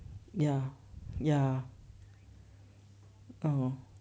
ya ya oh